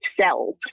cells